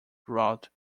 throughout